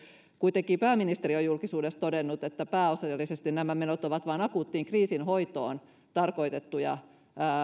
kuitenkin pääministeri on julkisuudessa todennut että pääasiallisesti nämä menot ovat vain akuuttiin kriisinhoitoon tarkoitettuja